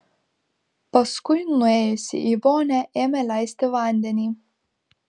paskui nuėjusi į vonią ėmė leisti vandenį